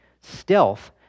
stealth